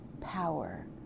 power